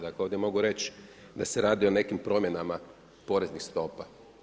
Dakle, ovdje mogu reći da se radi o nekim promjenama poreznih stopa.